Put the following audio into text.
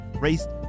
raced